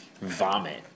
vomit